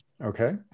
Okay